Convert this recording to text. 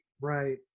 Right